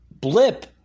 Blip